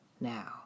Now